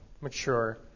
mature